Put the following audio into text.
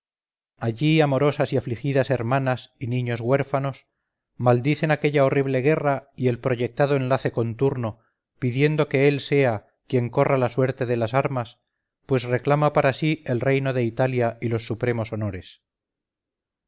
allí amorosas y afligidas hermanas y niños huérfanos maldicen aquella horrible guerra y el proyectado enlace con turno pidiendo que él sea quien corra la suerte de las armas pues reclama para sí el reino de italia y los supremos honores en lo